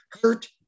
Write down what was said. Hurt